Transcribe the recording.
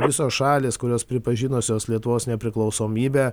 visos šalys kurios pripažinusios lietuvos nepriklausomybę